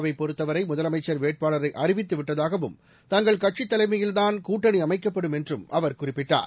vibe பொறுத்தவரை முதலமைச்சர் வேட்பாளரை அறிவித்துவிட்டதாகவும் தங்கள் கட்சித் தலைமையில் தான் கூட்டணி அமைக்கப்படும் என்றும் அவர் குறிப்பிட்டார்